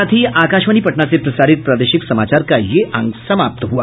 इसके साथ ही आकाशवाणी पटना से प्रसारित प्रादेशिक समाचार का ये अंक समाप्त हुआ